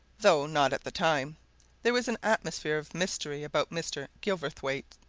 though not at the time there was an atmosphere of mystery about mr. gilverthwaite.